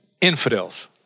Infidels